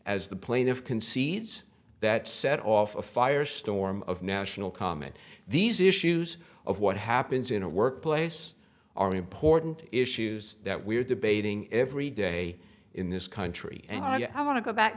as the plaintiff concedes that set off a firestorm of national comment these issues of what happens in a workplace are important issues that we're debating every day in this country and i want to go back